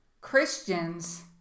Christians